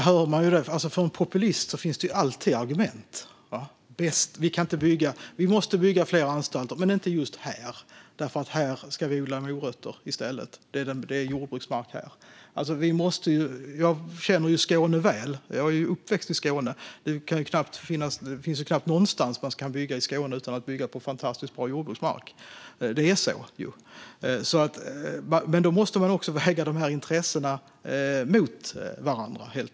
Herr talman! Från populister finns det alltid argument: Vi måste bygga fler anstalter men inte just här, för här ska vi odla morötter i stället. Det är jordbruksmark här. Jag känner Skåne väl och är ju uppväxt i Skåne, och det finns knappt någonstans i Skåne där man kan bygga utan att bygga på fantastiskt bra jordbruksmark. Det är ju så. Men då måste man helt enkelt väga intressen mot varandra.